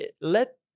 Let